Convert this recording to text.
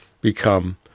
become